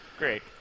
Great